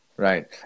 Right